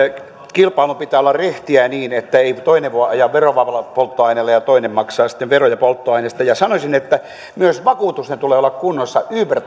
kilpailun pitää olla rehtiä niin ettei toinen voi ajaa verovapaalla polttoaineella ja toinen maksaa sitten veroja polttoaineesta ja sanoisin että myös vakuutusten tulee olla kunnossa uber